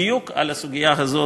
בדיוק על הסוגיה הזאת,